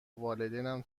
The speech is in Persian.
والدینم